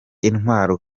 intwaro